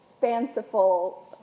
fanciful